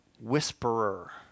whisperer